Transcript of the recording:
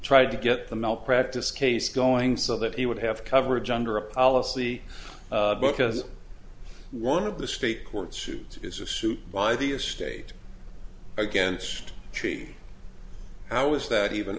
tried to get the malpractise case going so that he would have coverage under a policy because one of the state court suit is a suit by the state against how is that even